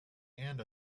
and